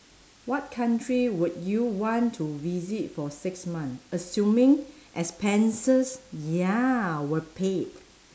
what country would you want to visit for six month assuming expenses ya were paid